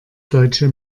deutsche